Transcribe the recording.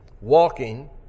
Walking